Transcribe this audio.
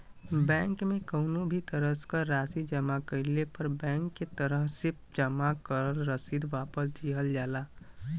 bank में कउनो भी तरह क राशि जमा कइले पर बैंक के तरफ से जमा क रसीद वापस दिहल जाला